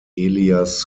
elias